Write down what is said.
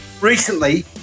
Recently